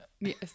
Yes